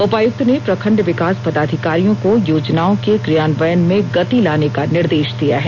उपायुक्त ने प्रखंड विकास पदाधिकारियों को योजनाओं के क्रियान्वयन में गति लाने का निर्देश दिया है